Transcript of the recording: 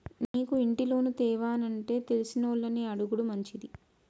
నీకు ఇంటి లోను తేవానంటే తెలిసినోళ్లని అడుగుడు మంచిది